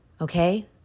okay